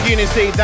Unity